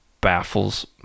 baffles